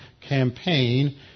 campaign